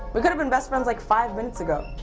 we could have been best friends like five minutes ago.